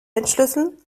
entschlüsseln